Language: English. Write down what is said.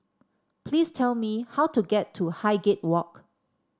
please tell me how to get to Highgate Walk